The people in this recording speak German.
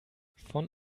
von